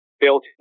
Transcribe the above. built